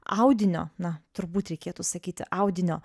audinio na turbūt reikėtų sakyti audinio